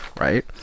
right